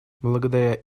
благодаря